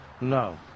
No